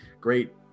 great